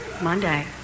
Monday